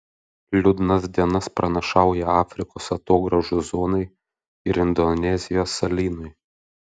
liūdnas dienas pranašauja afrikos atogrąžų zonai ir indonezijos salynui